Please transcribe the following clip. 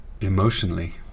emotionally